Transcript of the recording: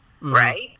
right